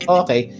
okay